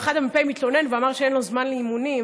המ"פ התלונן ואמר שאין לו זמן לאימונים,